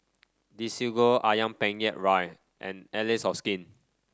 Desigual ayam Penyet Ria and Allies of Skin